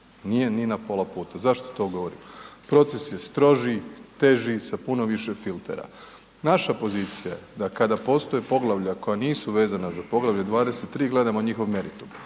nije ni na pola puta. Zašto to govorim? Proces je stroži, teži, sa puno više filtera. Naša pozicija da kada postoje poglavlja koja nisu vezana za Poglavlje 23. gledamo njihov meritum,